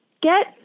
get